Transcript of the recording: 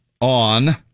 On